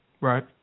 Right